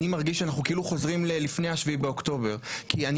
אני מרגיש שאנחנו כאילו חוזרים ללפני ה-7 באוקטובר כי אני